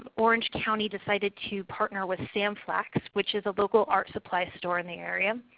um orange county decided to partner with sam flax which is a local arts supply store in the area.